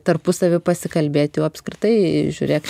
tarpusavy pasikalbėti jau apskritai žiūrėk